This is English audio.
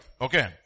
okay